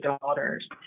daughters